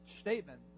statement